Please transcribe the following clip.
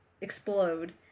explode